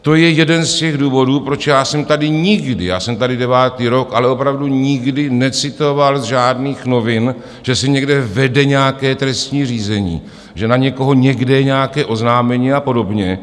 To je jeden z těch důvodů, proč já jsem tady nikdy jsem tady devátý rok ale opravdu nikdy necitoval z žádných novin, že se někde vede nějaké trestní řízení, že na někoho někde je nějaké oznámení a podobně.